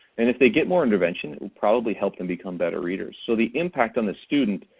and if they get more intervention it will probably help them become better readers. so the impact on the student,